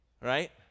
Right